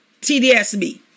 TDSB